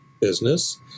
business